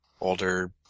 older